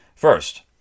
First